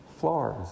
Flowers